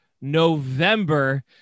November